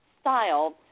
style